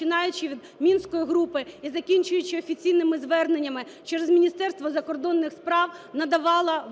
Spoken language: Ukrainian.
починаючи від мінської групи і закінчуючи офіційними зверненнями через Міністерство закордонних справ, надавала